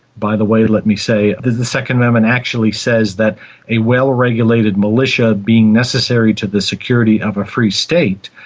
by the way, let me say the second amendment actually says that a well regulated militia, being necessary to the security of a free state,